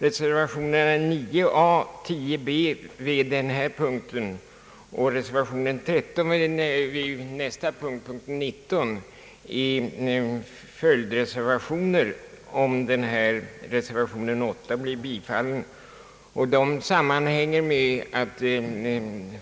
Reservationerna 9 a och 10 b under denna punkt samt reservationen 13 under punkten 19 blir följdreservationer till reservationen 8 om denna bifalles.